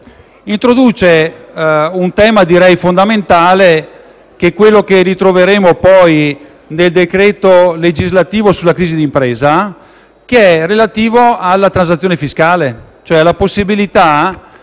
introduce un tema fondamentale, che ritroveremo nel decreto legislativo sulla crisi d'impresa, relativo alla transazione fiscale, cioè alla possibilità